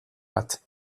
bat